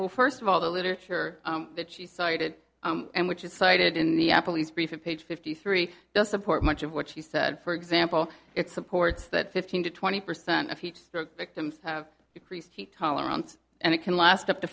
well first of all the literature that she cited and which is cited in the appleby's briefing page fifty three does support much of what she said for example it supports that fifteen to twenty percent of heat stroke victims have increased heat tolerance and it can last up to